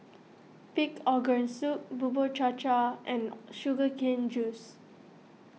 Pig Organ Soup Bubur Cha Cha and Sugar Cane Juice